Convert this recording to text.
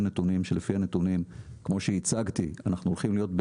נתונים שלפיהם כמו שהצגתי אנחנו הולכים להיות,